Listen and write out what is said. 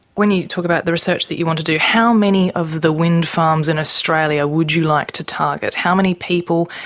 when you talk about the research that you want to do, how many of the wind farms in australia would you like to target? how many people,